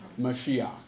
Mashiach